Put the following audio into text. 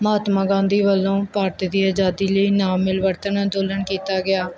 ਮਹਾਤਮਾ ਗਾਂਧੀ ਵੱਲੋਂ ਭਾਰਤ ਦੀ ਆਜ਼ਾਦੀ ਲਈ ਨਾਮਿਲਵਰਨ ਅੰਦੋਲਨ ਕੀਤਾ ਗਿਆ